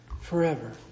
forever